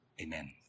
Amen